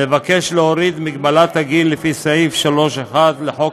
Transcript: להוריד את מגבלת הגיל לפי סעיף 3(1) לחוק